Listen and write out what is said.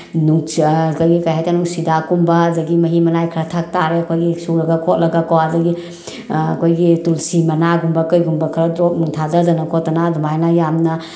ꯑꯩꯈꯣꯏꯒꯤ ꯀꯔꯤ ꯍꯥꯏꯇꯥꯔꯦ ꯅꯨꯡꯁꯤꯗꯥꯛꯀꯨꯝꯕ ꯑꯗꯒꯤ ꯃꯍꯤ ꯃꯅꯥꯏ ꯈꯔ ꯊꯛ ꯇꯥꯔꯦ ꯑꯩꯈꯣꯏꯒꯤ ꯁꯨꯔꯒ ꯈꯣꯠꯂꯒꯀꯣ ꯑꯗꯒꯤ ꯑꯩꯈꯣꯏꯒꯤ ꯇꯨꯜꯁꯤ ꯃꯅꯥꯒꯨꯝꯕ ꯀꯩꯒꯨꯝꯕ ꯈꯔ ꯗ꯭ꯔꯣꯞꯅꯨꯡ ꯊꯥꯗꯗꯅ ꯈꯣꯠꯇꯅ ꯑꯗꯨꯃꯥꯏꯅ ꯌꯥꯝꯅ